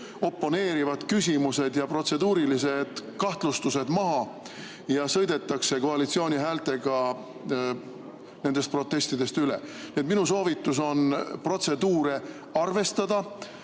oponeerivad küsimused ja protseduurilised kahtlustused maha ja sõidetakse koalitsiooni häältega nendest protestidest üle. Nii et minu soovitus on protseduuri arvestada,